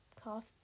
cough